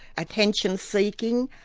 attention seeking,